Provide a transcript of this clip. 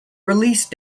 release